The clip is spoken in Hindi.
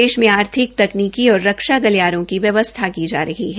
देश में आर्थिक तकनीकी और रक्षा गलियारों की व्यवस्था की जा रही है